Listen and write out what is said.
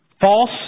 False